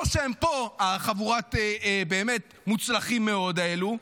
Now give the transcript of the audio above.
לא שהם פה, חבורת המוצלחים מאוד האלה.